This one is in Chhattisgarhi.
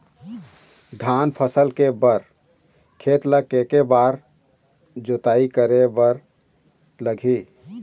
धान फसल के बर खेत ला के के बार जोताई करे बर लगही?